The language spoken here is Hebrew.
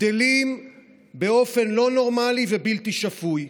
גדלים באופן לא נורמלי ובלתי שפוי,